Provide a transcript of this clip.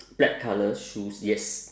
black colour shoes yes